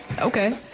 Okay